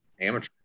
amateur